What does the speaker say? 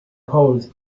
holes